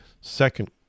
Second